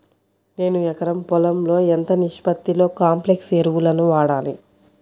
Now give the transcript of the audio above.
నేను ఎకరం పొలంలో ఎంత నిష్పత్తిలో కాంప్లెక్స్ ఎరువులను వాడాలి?